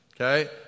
okay